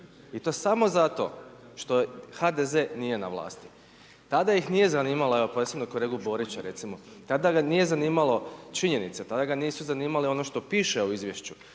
i to samo zato što HDZ nije na vlasti. Tada ih nije zanimala, evo posebno kolegu Borića recimo, tada ga nije zanimalo činjenice, tada ga nisu zanimale ono što piše u izvješću,